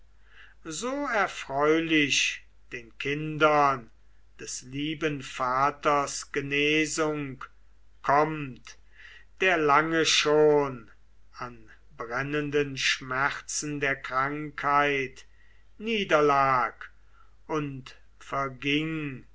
so erfreulich den kindern des lieben vaters genesung kommt der lange schon an brennenden schmerzen der krankheit niederlag und verging